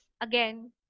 again